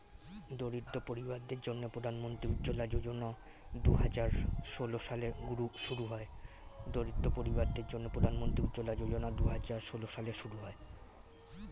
দরিদ্র পরিবারদের জন্যে প্রধান মন্ত্রী উজ্জলা যোজনা দুহাজার ষোল সালে শুরু হয়